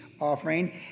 offering